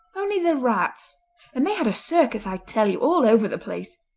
only the rats and they had a circus, i tell you, all over the place.